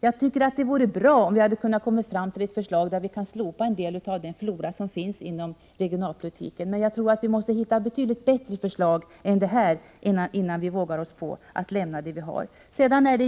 Jag tycker att det hade varit bra om vi kunnat komma fram till ett förslag som inneburit att en del i den flora av stödåtgärder som finns inom regionalpolitiken kunde slopas, men vi måste finna bättre förslag än dem som moderaterna nu har lagt fram innan vi vågar oss på att ändra på det som nu gäller.